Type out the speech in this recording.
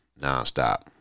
nonstop